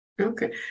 Okay